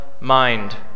mind